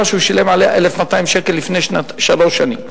שהוא שילם עליה 1,200 שקל לפני שלוש שנים,